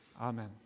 Amen